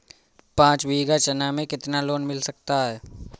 पाँच बीघा चना के लिए कितना लोन मिल सकता है?